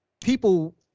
people